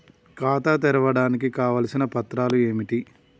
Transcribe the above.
ఖాతా తెరవడానికి కావలసిన పత్రాలు ఏమిటి?